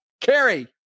Carrie